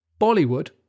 Bollywood